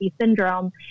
syndrome